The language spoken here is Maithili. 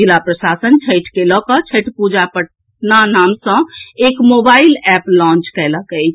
जिला प्रशासन छठि के लऽकऽ छठि पूजा पटना नाम सॅ एक मोबाईल एप्प लान्च कयलक अछि